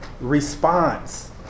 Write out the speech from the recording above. response